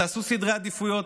תעשו סדרי עדיפויות,